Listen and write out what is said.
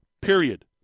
period